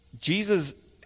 Jesus